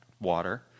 water